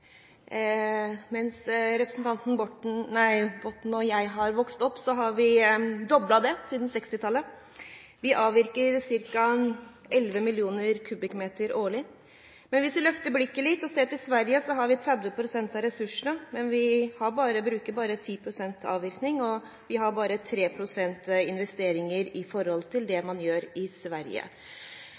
det. Vi avvirker ca. 11 millioner kubikkmeter årlig. Hvis vi løfter blikket litt og ser til Sverige, har vi 30 pst. av ressursene, men vi bruker bare 10 pst. avvirkning, og vi har bare 3 pst. investeringer i forhold til det man har i Sverige.